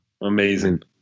Amazing